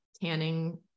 tanning